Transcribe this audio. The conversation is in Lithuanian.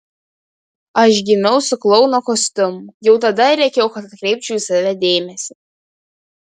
aš gimiau su klouno kostiumu jau tada rėkiau kad atkreipčiau į save dėmesį